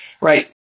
right